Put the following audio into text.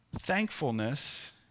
Thankfulness